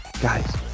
guys